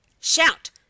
Shout